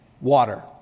water